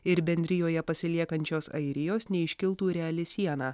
ir bendrijoje pasiliekančios airijos neiškiltų reali siena